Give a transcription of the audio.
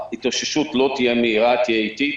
ההתאוששות לא תהיה מהירה, היא תהיה אטית.